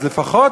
אז לפחות,